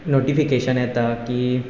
notification येतात की